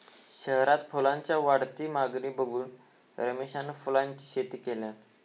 शहरात फुलांच्या वाढती मागणी बघून रमेशान फुलांची शेती केल्यान